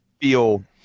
feel